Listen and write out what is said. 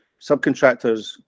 subcontractors